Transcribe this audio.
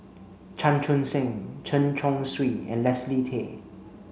Chan Chun Sing Chen Chong Swee and Leslie Tay